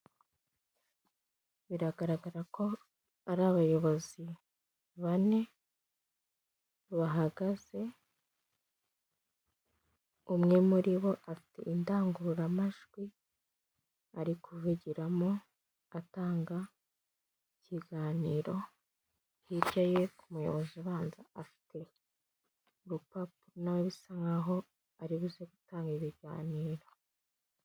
Biragaragara ko ari abayobozi bane, bahagaze, umwe muri bo afite indangururamajwi ari kuvugiramo atanga ikiganiro, hirya ye ku muyobozi ubanza afite urupapuro na we bisa nk'aho ari buze gutanga ibiganiro.